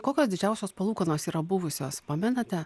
kokios didžiausios palūkanos yra buvusios pamenate